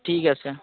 ঠিক আছে